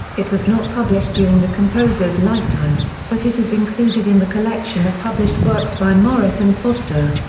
it was not published during the composer's lifetime, but it is included in the collection of published works by morrison foster.